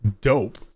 dope